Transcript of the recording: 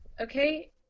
okay